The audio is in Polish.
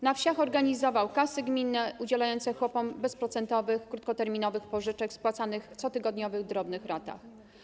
Na wsiach organizował kasy gminne udzielające chłopom bezprocentowych, krótkoterminowych pożyczek spłacanych w cotygodniowych drobnych ratach.